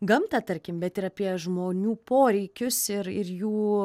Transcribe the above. gamtą tarkim bet ir apie žmonių poreikius ir ir jų